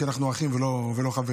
כי אנחנו אחים ולא חברים.